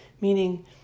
meaning